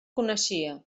coneixia